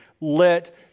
let